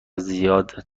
زیاد